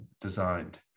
designed